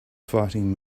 fighting